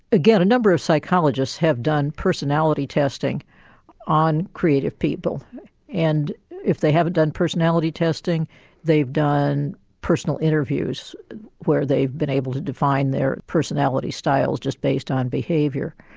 again a number of psychologists have done personality testing on creative people and if they haven't done personality testing they've done personal interviews where they've been able to define their personality styles just based on behaviour.